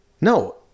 No